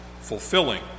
fulfilling